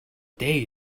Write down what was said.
day